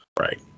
Right